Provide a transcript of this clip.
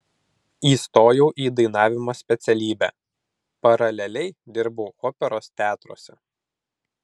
įstojau į dainavimo specialybę paraleliai dirbau operos teatruose